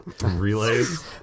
Relays